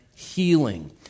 healing